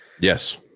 Yes